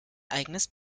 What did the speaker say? eigenes